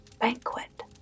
banquet